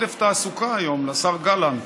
עודף תעסוקה היום לשר גלנט.